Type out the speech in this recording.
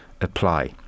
apply